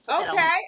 okay